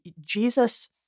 Jesus